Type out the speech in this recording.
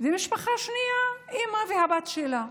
משפחה שנייה, אימא והבת שלה.